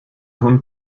hund